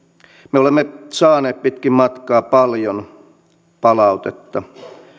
me olemme saaneet pitkin matkaa paljon